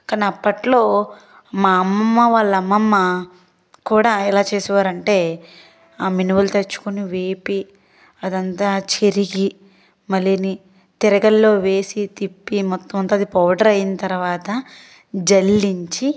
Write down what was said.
కానీ అప్పట్లో మా అమ్మమ్మ వాళ్ళ అమ్మమ్మ కూడా ఎలా చేసేవారంటే ఆ మినుములు తెచ్చుకొని వేపి అదంతా చెరిగి మళ్ళీని తిరగల్లో వేసి తిప్పి మొత్తమంతా అది పౌడర్ అయిన తర్వాత జల్లించి